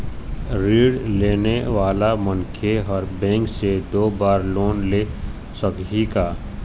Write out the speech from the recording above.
ऋण लेने वाला मनखे हर बैंक से दो बार लोन ले सकही का?